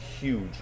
huge